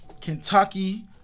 Kentucky